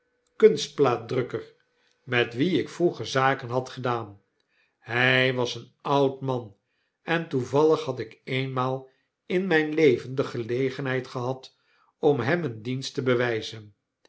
een kunstplaatdrukker met wien ik vroeger zaken had gedaan hy was een oud man en toevallig had ik eenmaal in mijn leven de gelegenheid gehad om hem een dienst te bewyzen